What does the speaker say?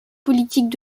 politiques